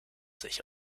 sich